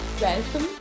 Welcome